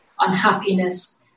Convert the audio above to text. unhappiness